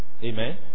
Amen